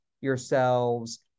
yourselves